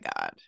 god